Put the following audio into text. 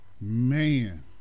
Man